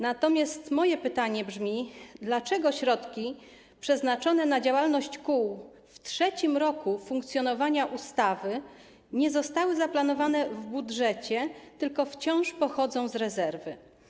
Natomiast moje pytania brzmią: Dlaczego środki przeznaczone na działalność kół w trzecim roku funkcjonowania ustawy nie zostały zaplanowane w budżecie, tylko wciąż pochodzą z rezerwy?